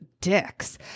dicks